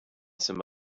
some